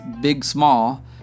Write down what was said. big-small